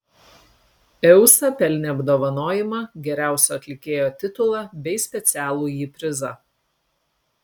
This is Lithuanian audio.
eusa pelnė apdovanojimą geriausio atlikėjo titulą bei specialųjį prizą